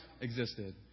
existed